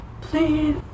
please